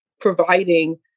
providing